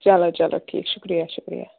چَلو چَلو ٹھیٖک شُکریہ شُکریہ